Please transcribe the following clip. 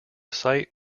site